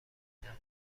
اقدام